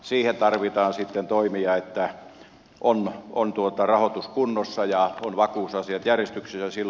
siihen tarvitaan sitten toimia että on rahoitus kunnossa ja ovat vakuusasiat järjestyksessä